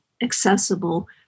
accessible